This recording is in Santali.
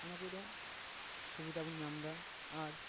ᱚᱱᱟ ᱠᱚ ᱨᱮᱭᱟᱜ ᱥᱩᱵᱤᱫᱟ ᱵᱚᱱ ᱧᱟᱢ ᱮᱫᱟ ᱟᱨ